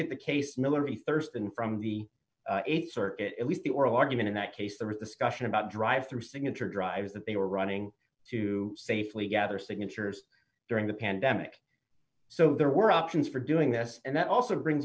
at the case military thurstan from the th circuit at least the oral argument in that case there was discussion about drive through signature drives that they were running to safely gather signatures during the pandemic so there were options for doing this and that also brings